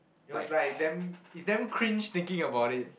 it was like damn it's damn cringe thinking about it